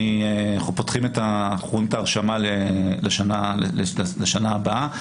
אנחנו רואים את ההרשמה לשנה הבאה,